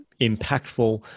impactful